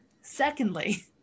Secondly